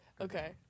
Okay